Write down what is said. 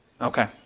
Okay